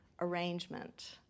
arrangement